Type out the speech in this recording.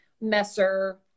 messer